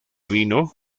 vino